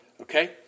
Okay